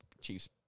Chiefs